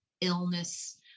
illness